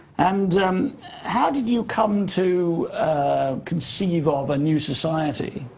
and how did you come to conceive of a new society?